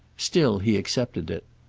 still he accepted it.